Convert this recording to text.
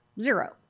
zero